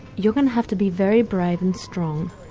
you're going to have to be very brave and strong.